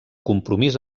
compromís